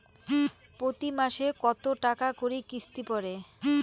প্রতি মাসে কতো টাকা করি কিস্তি পরে?